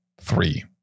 three